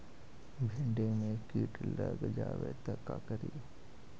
भिन्डी मे किट लग जाबे त का करि?